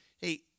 hey